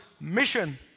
mission